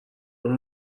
اون